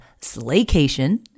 Slaycation